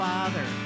Father